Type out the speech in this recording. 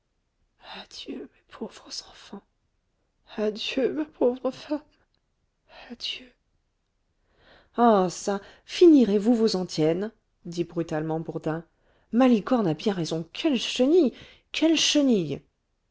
adieu mes pauvres enfants adieu ma pauvre femme adieu ah çà finirez vous vos antiennes dit brutalement bourdin malicorne a bien raison quelle chenille quelle chenille